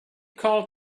called